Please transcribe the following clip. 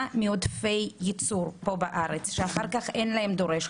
מעודפי ייצור כאן בארץ שאחר כך אין להם דורש,